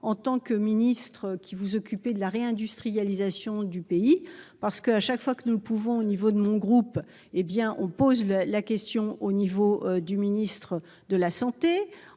en tant que ministre qui vous occuper de la réindustrialisation du pays parce que à chaque fois que nous ne pouvons au niveau de mon groupe, hé bien, on pose la question au niveau du ministre de la Santé,